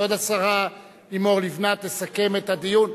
כבוד השרה לימור לבנת תסכם את הדיון.